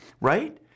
right